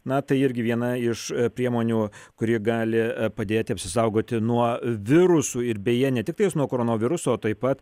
na tai irgi viena iš priemonių kuri gali padėti apsisaugoti nuo virusų ir beje ne tiktais nuo koronaviruso o taip pat